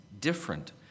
different